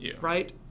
right